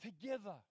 together